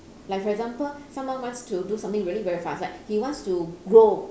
like for example someone wants to do something really very fast like he wants to grow